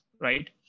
right